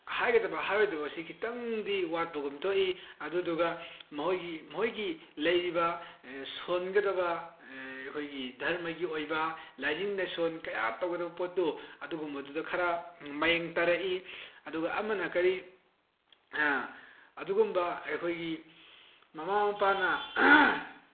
ꯍꯥꯏꯒꯗꯕ ꯍꯥꯏꯔꯣꯏꯗꯕꯁꯤ ꯈꯤꯇꯪꯗꯤ ꯋꯥꯠꯄꯒꯨꯝ ꯊꯣꯛꯏ ꯑꯗꯨꯗꯨꯒ ꯃꯈꯣꯏꯒꯤ ꯃꯈꯣꯏꯒꯤ ꯂꯩꯔꯤꯕ ꯁꯣꯟꯒꯗꯕ ꯑꯩꯈꯣꯏꯒꯤ ꯙꯔꯃꯒꯤ ꯑꯣꯏꯕ ꯂꯥꯏꯅꯤꯡ ꯂꯥꯏꯁꯣꯟ ꯀꯌꯥ ꯇꯧꯒꯗꯕ ꯄꯣꯠꯇꯨ ꯑꯗꯨꯒꯨꯝꯕꯗꯨꯗ ꯈꯔ ꯃꯌꯦꯡ ꯇꯥꯔꯛꯏ ꯑꯗꯨꯒ ꯑꯃꯅ ꯀꯔꯤ ꯑꯗꯨꯒꯨꯝꯕ ꯑꯩꯈꯣꯏꯒꯤ ꯃꯃꯥ ꯃꯄꯥꯅ